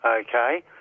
Okay